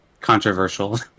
controversial